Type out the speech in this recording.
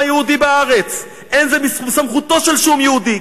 היהודי בארץ." זה לא בסמכותו של שום יהודי.